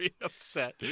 upset